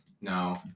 No